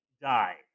died